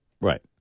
Right